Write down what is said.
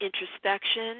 introspection